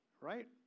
Right